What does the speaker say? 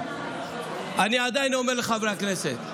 אני עדיין אומר לחברי הכנסת: